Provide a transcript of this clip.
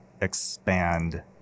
expand